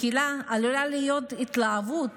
בתחילה עלולה להיות התלהבות